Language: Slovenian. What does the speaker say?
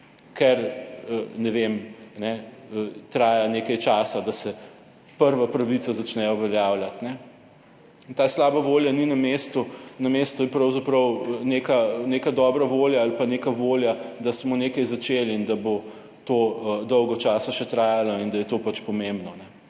ker ne vem, ne, traja nekaj časa, da se prva pravica začne uveljavljati. In ta slaba volja ni na mestu. Na mestu je pravzaprav neka, neka dobra volja ali pa neka volja, da smo nekaj začeli in da bo to dolgo časa še trajalo in da je to pač pomembno.